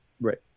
Right